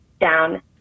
down